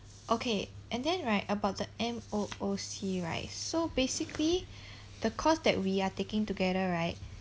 okay and then right about the M_O_O_C right so basically the course that we are taking together right